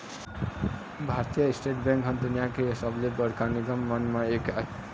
भारतीय state bank ह दुनिया के सबले बड़का निगम मन म एक आय